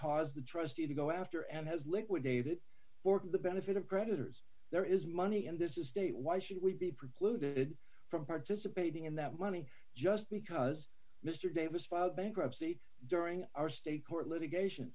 cause the trustee to go after and has liquidated for the benefit of creditors there is money in this estate why should we be precluded from participating in that money just because mr davis filed bankruptcy during our state court litigation